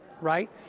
right